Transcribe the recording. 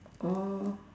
oh